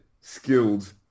skilled